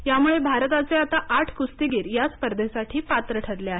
यामुळं भारताचे आता आठ कुस्तीगीर या स्पर्धेसाठी पात्र ठरले आहेत